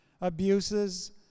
abuses